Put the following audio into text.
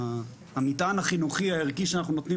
המטען החינוכי הערכי שאנחנו נותנים